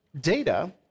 data